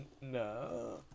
No